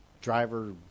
driver